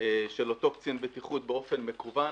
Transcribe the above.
של אותו קצין בטיחות באופן מקוון.